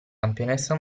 campionessa